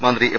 മന്ത്രി എം